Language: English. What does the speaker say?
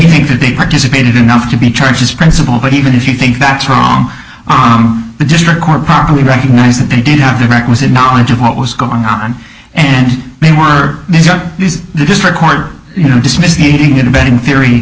think that they participated enough to be charged as principal but even if you think that's wrong the district court properly recognized that they didn't have the requisite knowledge of what was going on and they were this is this record you know dismissed the aiding and abetting theory